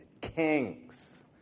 Kings